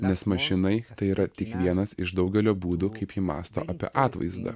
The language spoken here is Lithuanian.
nes mašinai tai yra tik vienas iš daugelio būdų kaip ji mąsto apie atvaizdą